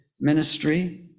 ministry